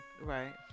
Right